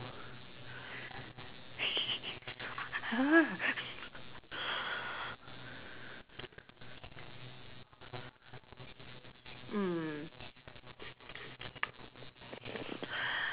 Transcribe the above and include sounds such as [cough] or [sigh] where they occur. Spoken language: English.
[laughs] !huh! mm